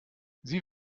sie